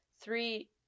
Three